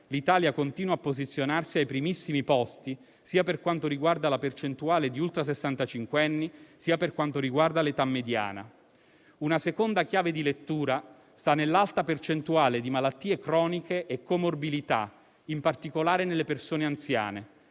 l'Italia continua a posizionarsi ai primissimi posti sia per quanto riguarda la percentuale di ultrasessantacinquenni sia per quanto riguarda l'età mediana. Una seconda chiave di lettura sta nella alta percentuale di malattie croniche e comorbilità, in particolare nelle persone anziane.